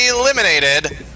eliminated